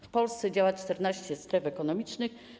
W Polsce działa 14 stref ekonomicznych.